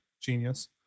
genius